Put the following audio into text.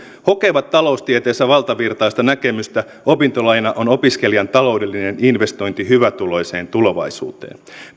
hokevat taloustieteessä valtavirtaista näkemystä opintolaina on opiskelijan taloudellinen investointi hyvätuloiseen tulevaisuuteen